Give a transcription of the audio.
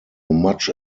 much